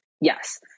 Yes